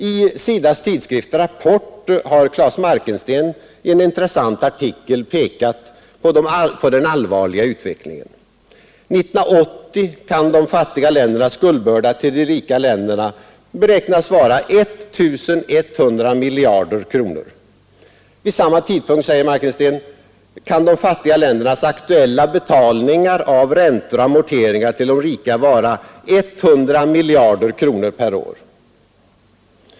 I SIDA:s tidskrift Rapport har Klas Markensten pekat på den allvarliga utvecklingen. 1980 kan de fattiga ländernas skuldbörda till de rika länderna beräknas vara 1 100 miljarder kronor. Vid samma tidpunkt, säger Markensten, kan de fattiga ländernas aktuella betalningar av räntor och amorteringar till de rika vara 100 miljarder kronor per år.